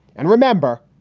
and remember,